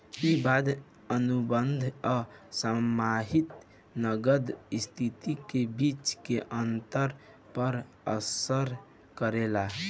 इ वादा अनुबंध आ समाहित नगद स्थिति के बीच के अंतर पर असर करेला